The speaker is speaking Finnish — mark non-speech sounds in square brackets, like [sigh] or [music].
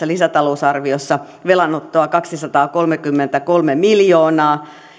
[unintelligible] lisätalousarviossa velanottoa kaksisataakolmekymmentäkolme miljoonaa